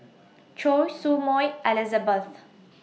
Choy Su Moi Elizabeth